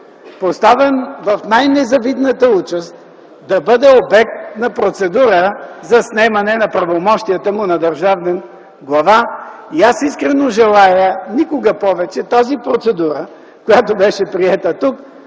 поставен в най-незавидната участ да бъде обект на процедура за снемане на правомощията му на държавен глава и аз искрено желая никога повече тази процедура, която беше приета тук,